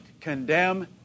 condemn